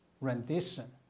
rendition